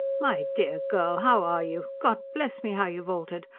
my dear girl, how are you? god bless me, how you've altered!